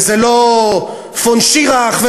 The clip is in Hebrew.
וזה לא פון שיראך,